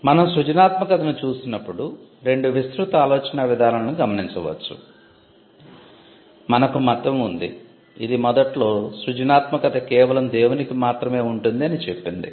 కాబట్టి మనం సృజనాత్మకతను చూసినప్పుడు రెండు విస్తృత ఆలోచనా విధానాలను గమనించ వచ్చు మనకు మతం ఉంది ఇది మొదట్లో సృజనాత్మకత కేవలం దేవునికి మాత్రమే ఉంటుంది అని చెప్పింది